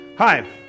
Hi